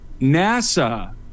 nasa